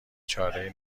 چارهای